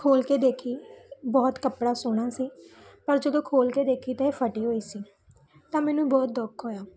ਖੋਲ੍ਹ ਕੇ ਦੇਖੀ ਬਹੁਤ ਕੱਪੜਾ ਸੋਹਣਾ ਸੀ ਪਰ ਜਦੋਂ ਖੋਲ੍ਹ ਕੇ ਦੇਖੀ ਤਾਂ ਇਹ ਫੱਟੀ ਹੋਈ ਸੀ ਤਾਂ ਮੈਨੂੰ ਬਹੁਤ ਦੁੱਖ ਹੋਇਆ